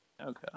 Okay